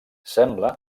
sembla